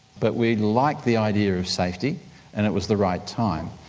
but we liked the idea of safety and it was the right time.